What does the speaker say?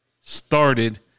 started